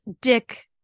Dick